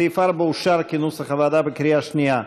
סעיף 4 אושר כנוסח הוועדה בקריאה שנייה.